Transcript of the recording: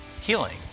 healing